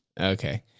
Okay